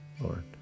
Lord